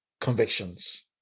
convictions